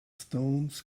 stones